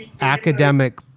academic